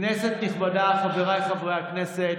כנסת נכבדה, חבריי חברי הכנסת,